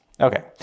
Okay